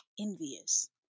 envious